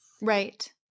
Right